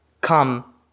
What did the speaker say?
Come